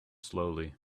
slowly